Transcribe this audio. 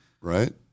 Right